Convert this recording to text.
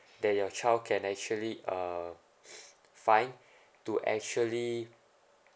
that your child can actually uh find to actually